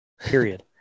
period